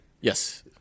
Yes